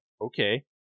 okay